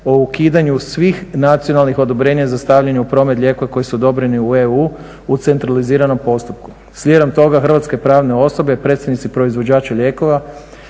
o ukidanju svih nacionalnih odobrenja za stavljanje u promet lijekova koji su odobreni u EU u centraliziranom postupku. Slijedom toga hrvatske pravne osobe, predsjednici proizvođača lijekova